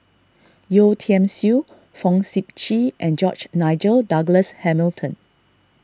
Yeo Tiam Siew Fong Sip Chee and George Nigel Douglas Hamilton